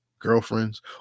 girlfriends